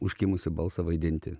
užkimusį balsą vaidinti